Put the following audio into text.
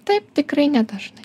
taip tikrai nedažnai